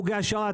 חוגי העשרה,